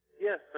Yes